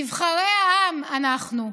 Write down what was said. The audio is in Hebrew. נבחרי העם אנחנו.